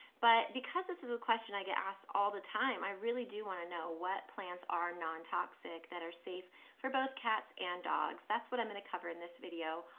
but, because this is a question i get asked all the time, i really do wanna know what plants are non-toxic, that are safe for both cats and dogs. that's what i'm gonna cover in this video.